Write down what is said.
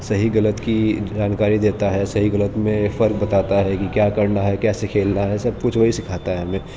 صحیح غلط کی جانکاری دیتا ہے صحیح غلط میں فرق بتاتا ہے کہ کیا کرنا ہے کیسے کھیلنا ہے سب کچھ وہی سکھاتا ہے ہمیں